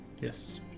yes